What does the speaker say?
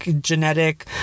genetic